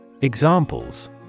Examples